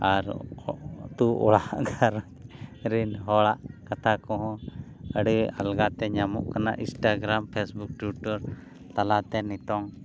ᱟᱨ ᱟᱹᱛᱩ ᱚᱲᱟᱜ ᱜᱷᱟᱨᱚᱸᱡᱽ ᱨᱮᱱ ᱦᱚᱲᱟᱜ ᱠᱟᱛᱷᱟ ᱠᱚᱦᱚᱸ ᱟᱹᱰᱤ ᱟᱞᱜᱟ ᱛᱮ ᱧᱟᱢᱚᱜ ᱠᱟᱱᱟ ᱤᱱᱥᱴᱟᱜᱨᱟᱢ ᱯᱷᱮᱹᱥᱵᱩᱠ ᱴᱩᱭᱴᱟᱨ ᱛᱟᱞᱟᱛᱮ ᱱᱤᱛᱚᱝ